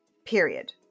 period